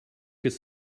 could